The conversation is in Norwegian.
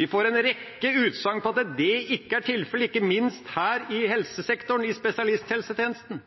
Vi får en rekke utsagn om at det ikke er tilfellet, ikke minst her i helsesektoren, i spesialisthelsetjenesten,